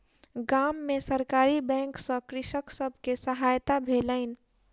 गाम में सरकारी बैंक सॅ कृषक सब के सहायता भेलैन